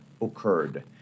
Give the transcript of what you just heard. occurred